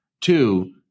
Two